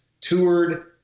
toured